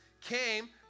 came